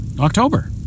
October